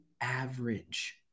average